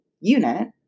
unit